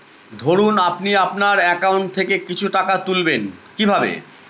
ধরুন আপনি আপনার একাউন্ট থেকে কিছু টাকা তুলবেন কিভাবে?